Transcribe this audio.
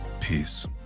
Peace